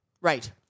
right